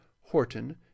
Horton